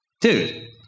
Dude